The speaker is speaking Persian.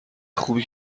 خوبی